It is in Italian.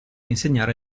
insegnare